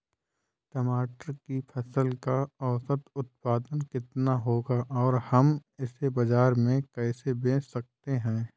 टमाटर की फसल का औसत उत्पादन कितना होगा और हम इसे बाजार में कैसे बेच सकते हैं?